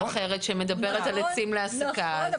אחרת שמדברת על עצים להסקה --- נכון,